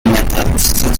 methods